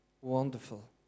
wonderful